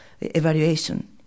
evaluation